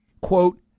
Quote